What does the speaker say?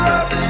up